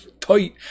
tight